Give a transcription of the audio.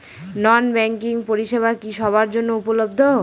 নন banking পরিষেবা কি সবার জন্য উপলব্ধ?